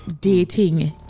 dating